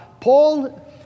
Paul